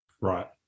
Right